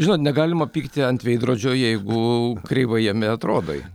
žinot negalima pykti ant veidrodžio jeigu kreivai jame atrodai